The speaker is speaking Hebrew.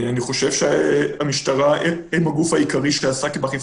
אני חושב שהמשטרה הם הגוף העיקרי שעסק באכיפה,